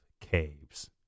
caves